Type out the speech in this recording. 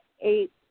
eight